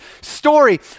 story